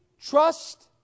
trust